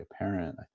apparent